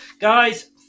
Guys